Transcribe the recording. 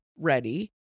ready